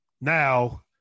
Now